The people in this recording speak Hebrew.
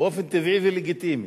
באופן טבעי ולגיטימי.